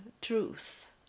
truth